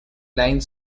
line